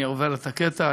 אני עובר את הקטע,